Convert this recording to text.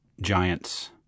giants